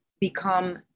become